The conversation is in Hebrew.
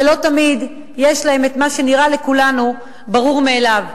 שלא תמיד יש להם מה שנראה לכולנו ברור מאליו.